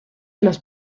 los